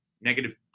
negative